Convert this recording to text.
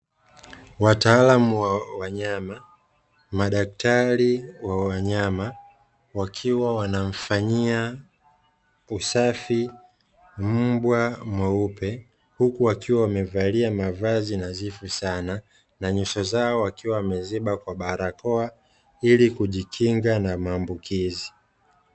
Wataalamu wa wanyama, madaktari wa wanyama wakiwa wanamfanyia usafi mbwa mweupe, huku wakiwa wamevalia mavazi nadhifu sana na nyuso zao wakiwa wameziba kwa barakoa ili kujikinga na maambukizi.